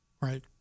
Right